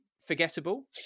forgettable